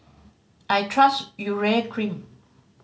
I trust Urea Cream